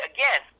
Again